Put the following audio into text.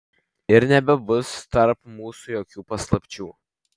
ir nebebus tarp mūsų jokių paslapčių